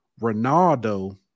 Ronaldo